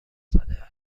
زده